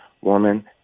woman